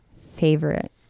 favorite